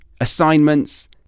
assignments